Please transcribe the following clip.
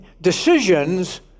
Decisions